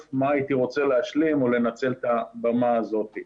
מה הייתי רוצה להשלים או לנצל את הבמה הזאת.